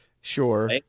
Sure